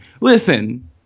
Listen